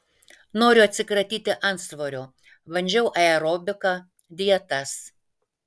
noriu atsikratyti antsvorio bandžiau aerobiką dietas